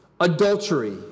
Adultery